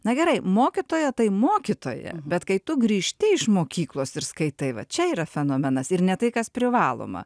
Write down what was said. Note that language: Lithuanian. na gerai mokytoja tai mokytoja bet kai tu grįžti iš mokyklos ir skaitai va čia yra fenomenas ir ne tai kas privaloma